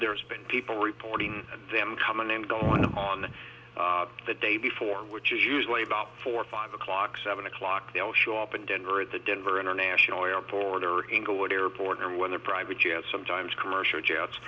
there's been people reporting them coming and going on the day before which is usually about four five o'clock seven o'clock they'll show up in denver at the denver international airport or inglewood airport and when their private jets sometimes commercial jets